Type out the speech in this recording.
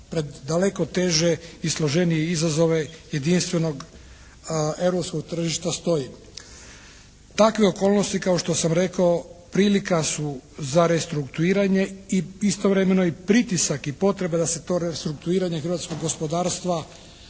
pred daleko teže i složenije izazove jedinstvenog europskog tržišta stoji. Takve okolnosti kao što sam rekao prilika su za restrukturiranja i istovremeno i pritisak i potreba da se to restrukturiranje hrvatskog gospodarstva